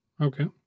Okay